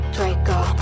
Draco